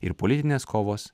ir politinės kovos